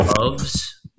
loves